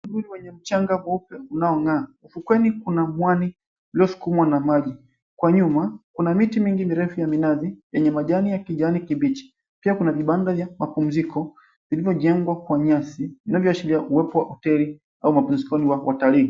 Kivuli wenye mchanga mweupe unaong'aa. Ufukweni kuna mwani uliosukumwa na maji. Kwa nyuma kuna miti mingi mirefu ya minazi yenye majani ya kijani kibichi pia kuna vibanda vya mapumziko vilivyojengwa kwa nyasi vinavyoashiria uwepo wa hoteli au mapumzikoni mwa bandarini.